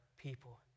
people